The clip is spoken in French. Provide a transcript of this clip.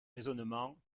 raisonnement